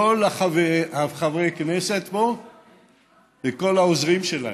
לכל חברי הכנסת פה וכל העוזרים שלהם,